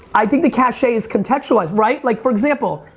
i think the cache is contextualized, right? like for example.